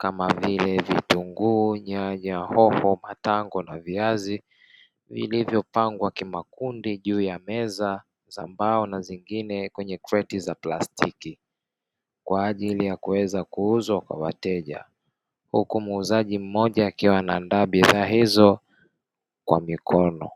kama vile: vitunguu, nyanya, hoho, matango na viazi vilivyopangwa kimakundi juu ya meza za mbao na zingine kwenye kreti za plastiki kwa ajili ya kuweza kuuzwa kwa wateja, huku muuzaji mmoja akiwa anaandaa bidhaa hizo kwa mikono.